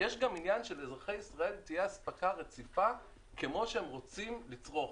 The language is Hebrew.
יש גם עניין שלאזרחי ישראל תהיה אספקה רציפה כמו שהם רוצים לצרוך.